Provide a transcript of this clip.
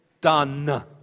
Done